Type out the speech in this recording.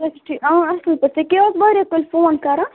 اچھا ٹھیٖک آ اَصٕل پٲٹھۍ ژےٚ کیٛاہ آز واریاہ کٲلۍ فون کَران